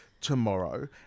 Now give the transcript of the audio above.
tomorrow